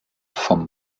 vom